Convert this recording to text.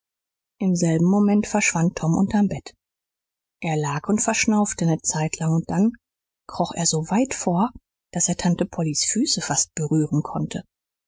im selben moment verschwand tom unterm bett er lag und verschnaufte ne zeitlang und dann kroch er so weit vor daß er tante pollys füße fast berühren konnte